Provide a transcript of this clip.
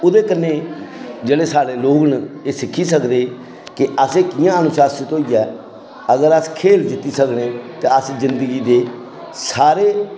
ओह्दे कन्नै जेह्ड़े साढ़े लोग न एह् सिक्खी सकदे कि असें कि'यां अनुशासित होइयै अगर अस खेल जित्ती सकनें ते अस जिंदगी दी सारे